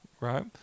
right